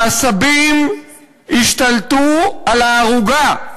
העשבים השתלטו על הערוגה,